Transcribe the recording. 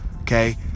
okay